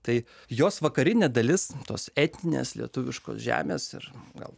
tai jos vakarinė dalis tos etninės lietuviškos žemės ir gal